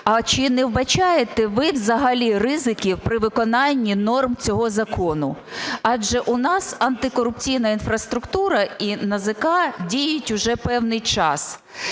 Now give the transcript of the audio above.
а чи не вбачаєте ви взагалі ризиків при виконанні норм цього закону? Адже у нас антикорупційна інфраструктура і НАЗК діють уже певний час.